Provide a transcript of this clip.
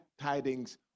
tidings